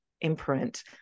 imprint